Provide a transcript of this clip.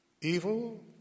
evil